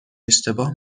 اشتباه